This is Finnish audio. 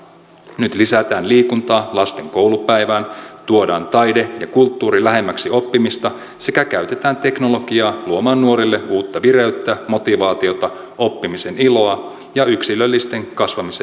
nyt lisätään liikuntaa lasten koulupäivään tuodaan taide ja kulttuuri lähemmäksi oppimista sekä käytetään teknologiaa luomaan nuorille uutta vireyttä motivaatiota oppimisen iloa ja yksilöllisen kasvamisen mahdollisuuksia